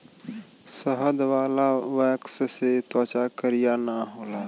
शहद वाला वैक्स से त्वचा करिया ना होला